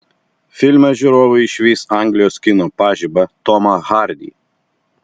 filme žiūrovai išvys anglijos kino pažibą tomą hardy